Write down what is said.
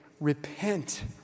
repent